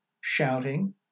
shouting